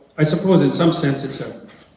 i suppose in some sense, it's a